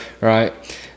Right